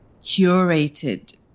curated